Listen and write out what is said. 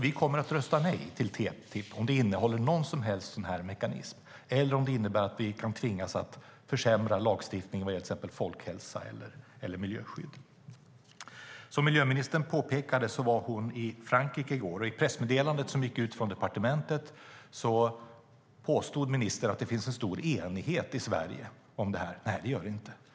Vi kommer att rösta nej till TTIP om det innehåller någon som helst sådan här mekanism eller om det innebär att vi kan tvingas försämra lagstiftning vad gäller till exempel folkhälsa eller miljöskydd. Som handelsministern påpekade var hon i Frankrike i går, och i pressmeddelandet som gick ut från departementet påstod ministern att det finns en stor enighet om det här i Sverige. Nej, det gör det inte.